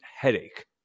headache